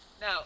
Now